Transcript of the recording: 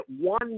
one